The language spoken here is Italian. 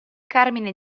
carmine